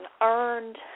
earned